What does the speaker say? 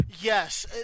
Yes